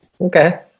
Okay